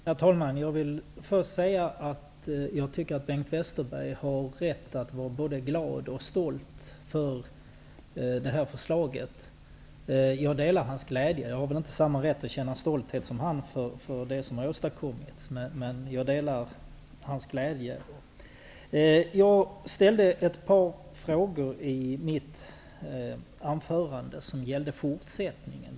Herr talman! Jag vill först säga att jag tycker att Bengt Westerberg har rätt att vara både glad och stolt över det här förslaget. Jag har kanske inte rätt att känna samma stolthet över det som åstadkommits som Bengt Westerberg, men jag delar hans glädje. Jag ställde ett par frågor i mitt anförande som gällde fortsättningen.